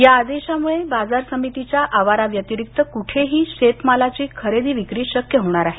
या आदेशामुळे बाजार समितीच्या आवाराव्यतिरिक्त कुठेही शेतमालाची खरेदी विक्री शक्य होणार आहे